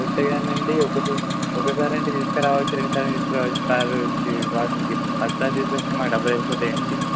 కరెక్టే కానండి ఒకసారి ఒకసారి అంటే తీసుకురావచ్చు రెండు సార్లు తీసుకురావచ్చు కారు వాషింగ్కి పదిసార్లు తీసుకొస్తే మాకు డబ్బలు అయిపోతాయ అండి